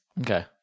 Okay